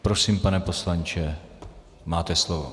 Prosím, pane poslanče, máte slovo.